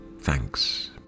Thanks